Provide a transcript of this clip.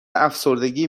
افسردگی